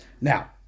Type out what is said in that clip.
Now